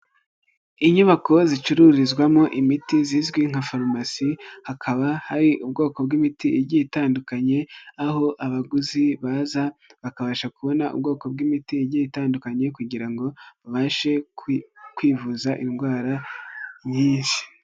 Inyubako zicururizwamo imiti zizwi nka farumasi, hakaba hari ubwoko bw'imiti igiye itandukanye, aho abaguzi baza bakabasha kubona ubwoko bw'imiti itandukanye, kugira ngo babashe kwivuza indwara nyinshi.